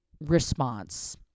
response